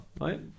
right